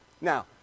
Now